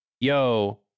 yo